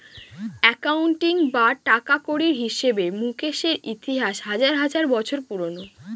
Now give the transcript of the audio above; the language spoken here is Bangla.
একাউন্টিং বা টাকাকড়ির হিসাবে মুকেশের ইতিহাস হাজার হাজার বছর পুরোনো